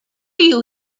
you